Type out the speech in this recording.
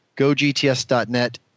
GoGTS.net